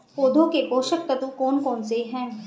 पौधों के पोषक तत्व कौन कौन से हैं?